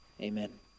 amen